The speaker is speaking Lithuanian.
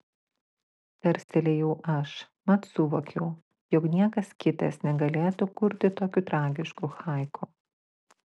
tarstelėjau aš mat suvokiau jog niekas kitas negalėtų kurti tokių tragiškų haiku